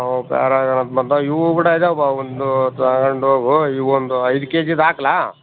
ಅವು ಇವೂ ಬಿಡ ಇದಾವೆ ಒಂದು ತಗಂಡು ಹೋಗು ಇವು ಒಂದು ಐದು ಕೆಜಿದು ಹಾಕ್ಲಾ